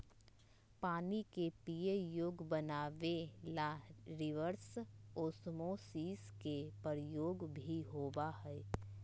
पानी के पीये योग्य बनावे ला रिवर्स ओस्मोसिस के उपयोग भी होबा हई